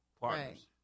partners